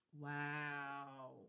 Wow